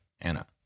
Anna